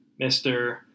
Mr